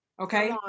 okay